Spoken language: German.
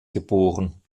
geboren